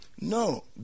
No